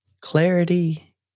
Clarity